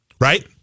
right